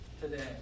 today